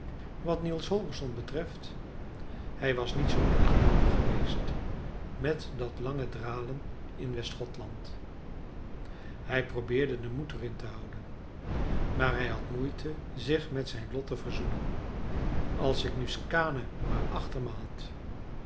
wat niels holgersson betreft hij was niet zoo ingenomen geweest met dat lange dralen in west gothland hij probeerde den moed erin te houden maar hij had moeite zich met zijn lot te verzoenen als ik nu skaane maar achter me had